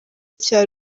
cya